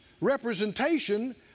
representation